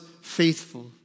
faithful